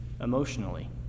emotionally